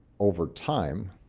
over time,